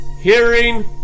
hearing